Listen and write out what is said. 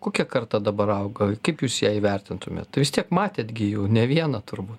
kokia karta dabar auga kaip jūs ją įvertintumėt tai vis tiek matėt gi jau ne vieną turbūt